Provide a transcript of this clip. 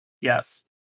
Yes